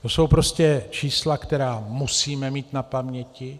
To jsou prostě čísla, která musíme mít na paměti.